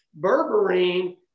Berberine